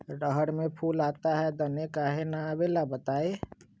रहर मे फूल आता हैं दने काहे न आबेले बताई?